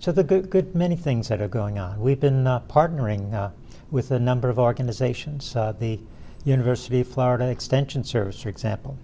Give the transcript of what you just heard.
so the good many things that are going on we've been partnering with a number of organizations the university of florida extension service for example